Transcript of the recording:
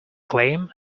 claim